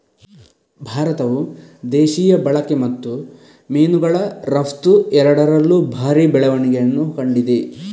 ಭಾರತವು ದೇಶೀಯ ಬಳಕೆ ಮತ್ತು ಮೀನುಗಳ ರಫ್ತು ಎರಡರಲ್ಲೂ ಭಾರಿ ಬೆಳವಣಿಗೆಯನ್ನು ಕಂಡಿದೆ